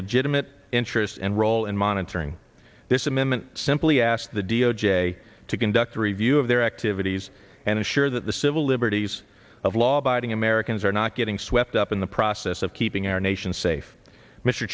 legitimate interest and role in monitoring this amendment simply ask the d o j to conduct a review of their activities and ensure that the civil liberties of law abiding americans are not getting swept up in the process of keeping our nation safe mr